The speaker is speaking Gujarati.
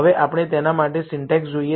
હવે આપણે તેના માટે સિન્ટેક્સ જોઈએ